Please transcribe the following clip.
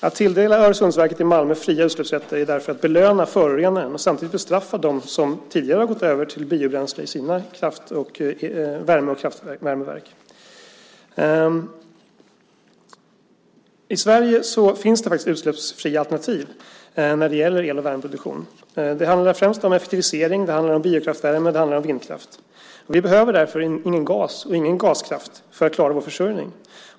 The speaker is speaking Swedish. Att tilldela Öresundsverket i Malmö fria utsläppsrätter är därför att belöna förorenaren och samtidigt bestraffa dem som tidigare har gått över till biobränsle i sina värme och kraftvärmeverk. I Sverige finns det utsläppsfria alternativ när det gäller el och värmeproduktion. Det handlar främst om effektivisering. Det handlar om biokraftvärme. Det handlar om vindkraft. Vi behöver därför inte någon gas och inte någon gaskraft för att klara vår försörjning.